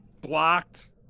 blocked